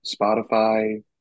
spotify